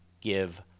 give